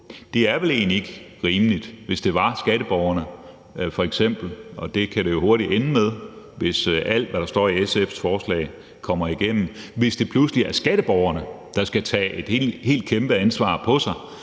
Det er vel egentlig ikke rimeligt, at det f.eks. bliver skatteborgerne – og det kan det jo hurtigt ende med, hvis alt, hvad der står i SF's forslag, kommer igennem – der pludselig skal tage et kæmpeansvar på sig,